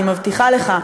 אני מבטיחה לך,